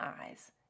eyes